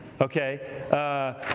Okay